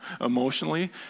emotionally